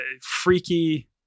freaky